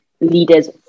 leaders